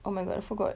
oh my god I forgot